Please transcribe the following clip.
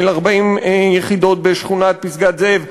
40 יחידות בשכונת פסגת-זאב.